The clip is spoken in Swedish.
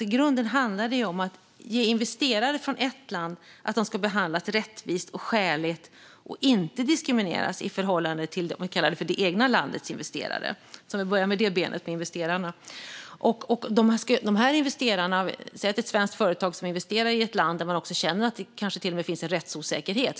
I grunden handlar det som att investerare från ett land ska behandlas rättvist och skäligt och inte diskrimineras i förhållande till det egna landets investerare. Vi börjar med benet med investerarna. Säg att det är ett svenskt företag som investerar i ett land där man känner att det kanske till och med finns en rättsosäkerhet.